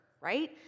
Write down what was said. right